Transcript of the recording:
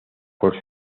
por